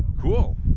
Cool